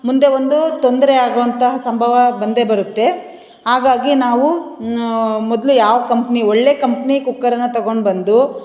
ಮುಂದೆ ಒಂದು ತೊಂದರೆ ಆಗುವಂತಹ ಸಂಭವ ಬಂದೇ ಬರುತ್ತೆ ಹಾಗಾಗಿ ನಾವು ಮೊದಲು ಯಾವ ಕಂಪ್ನಿ ಒಳ್ಳೆಯ ಕಂಪ್ನಿ ಕುಕ್ಕರನ್ನ ತಗೊಂಡು ಬಂದು